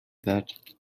that